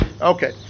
okay